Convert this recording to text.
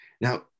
Now